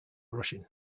russian